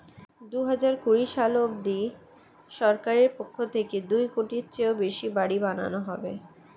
দুহাজার কুড়ি সাল অবধি সরকারের পক্ষ থেকে দুই কোটির চেয়েও বেশি বাড়ি বানানো হবে